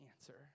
answer